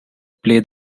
play